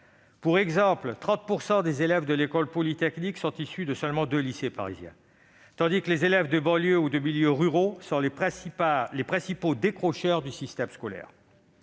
Pour exemple, 30 % des élèves de l'École polytechnique sont issus de seulement deux lycées parisiens. Pendant ce temps, les élèves des banlieues ou des territoires ruraux sont les principaux décrocheurs du système scolaire.